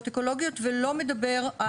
אקולוגיות ולא מדבר על המגוון הביולוגי.